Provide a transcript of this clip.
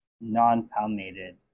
non-palmated